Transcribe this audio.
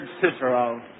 Cicero